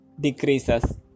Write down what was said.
decreases